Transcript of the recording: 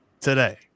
today